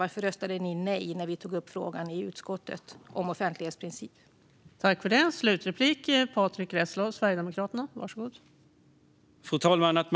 Varför röstade ni nej när vi tog upp frågan om offentlighetsprincipen i utskottet?